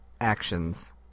actions